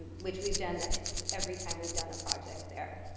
which we've done every time we've done a project there.